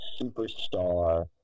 superstar